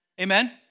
Amen